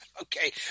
Okay